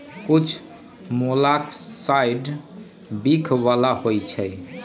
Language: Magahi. कुछ मोलॉक्साइड्स विख बला होइ छइ